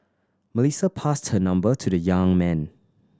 Melissa passed her number to the young man